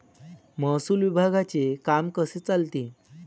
महसूल विभागाचे काम कसे चालते?